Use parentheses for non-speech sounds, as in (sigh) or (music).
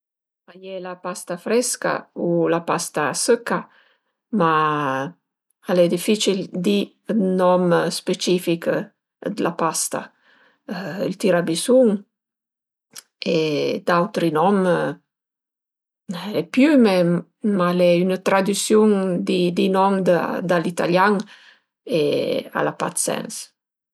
A ie la pasta frësca u la pasta sëca, ma al e dificil di 'd nom specifich d'la pasta: ël tirabüsun e d'autri nom (hesitation) le piüme, ma al e üna tradüsiun di nom da l'italian e al a pa 'd sens